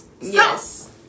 Yes